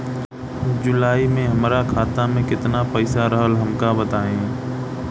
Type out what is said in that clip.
जुलाई में हमरा खाता में केतना पईसा रहल हमका बताई?